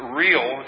real